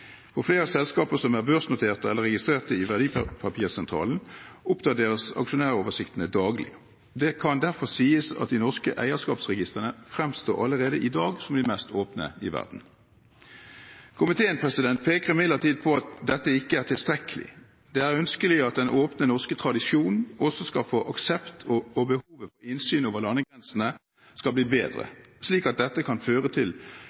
For flere selskaper som er børsnotert eller registrert i Verdipapirsentralen, oppdateres aksjonæroversiktene daglig. Det kan derfor sies at de norske eierskapsregistrene fremstår allerede i dag som de mest åpne i verden. Komiteen peker imidlertid på at dette ikke er tilstrekkelig. Det er ønskelig at den åpne norske tradisjonen også skal føre til aksept for at det er behov for at innsyn over landegrensene skal bli bedre, slik at dette kan føre til